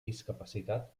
discapacitat